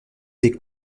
des